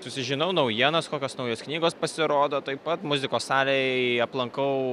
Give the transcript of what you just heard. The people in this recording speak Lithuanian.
susižinau naujienas kokios naujos knygos pasirodo taip pat muzikos salėj aplankau